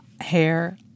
hair